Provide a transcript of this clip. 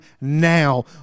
now